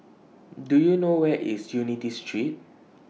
Do YOU know Where IS Unity Street